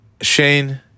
Shane